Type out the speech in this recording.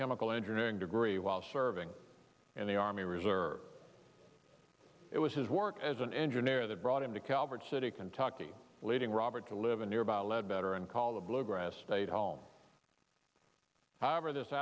chemical engineering degree while serving in the army reserves it was his work as an engineer that brought him to calvert city kentucky leaving robert to live a nearby lead better and call the bluegrass state home however this